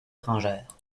étrangères